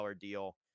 deal